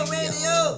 Radio